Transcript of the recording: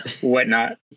whatnot